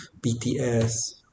BTS